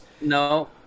no